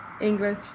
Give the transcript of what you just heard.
English